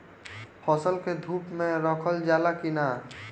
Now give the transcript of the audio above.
फसल के धुप मे रखल जाला कि न?